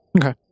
Okay